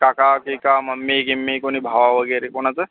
काका बिका मम्मी गिम्मी कुणी भावा वगैरे कोणाचं